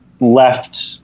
left